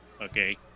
Okay